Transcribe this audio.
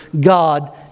God